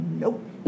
nope